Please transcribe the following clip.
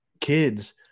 kids